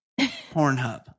Pornhub